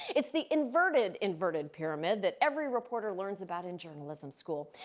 it's the inverted-inverted pyramid that every reporter learns about in journalism school.